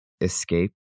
escape